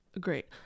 great